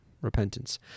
repentance